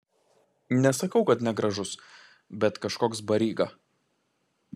nesakau kad negražus bet kažkoks baryga